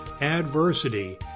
adversity